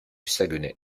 saguenay